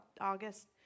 August